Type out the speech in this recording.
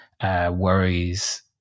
Worries